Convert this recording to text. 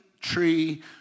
tree